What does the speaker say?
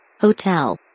Hotel